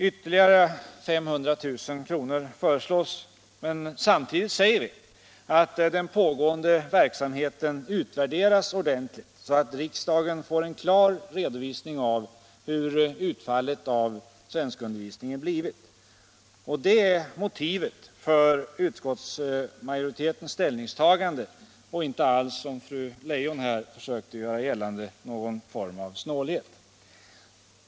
Ytterligare 500 000 kr. föreslås därför, — men samtidigt säger vi att den pågående verksamheten måste utvärderas ordentligt, så att riksdagen får en klar redovisning av hur utfallet av svenskundervisningen blivit. Det är motivet för utskottsmajoritetens ställningstagande och inte alls, som fru Leijon här försökt göra gällande, någon form av snålhet!